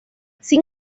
sin